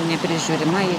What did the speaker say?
neprižiūrima ir